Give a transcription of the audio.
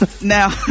Now